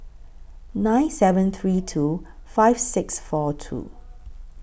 nine seven three two five six four two